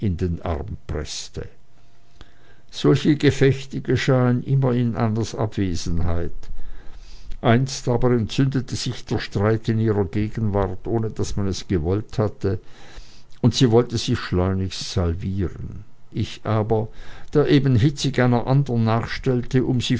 preßte solche gefechte geschahen immer in annas abwesenheit einst aber entzündete sich der streit in ihrer gegenwart ohne daß man es gewollt hatte und sie wollte sich schleunigst salvieren ich aber der eben hitzig einer anderen nachstellte um sie